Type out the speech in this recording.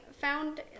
found